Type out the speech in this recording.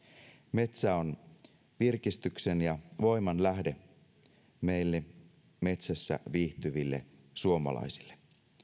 metsä on virkistyksen ja voiman lähde meille metsässä viihtyville suomalaisille